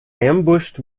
ambushed